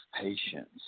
patience